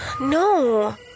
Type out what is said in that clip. No